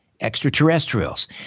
extraterrestrials